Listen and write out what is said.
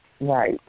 Right